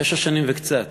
תשע שנים וקצת